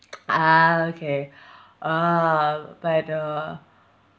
ah okay oh by the